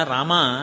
Rama